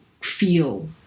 feel